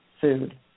food